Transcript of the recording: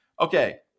Okay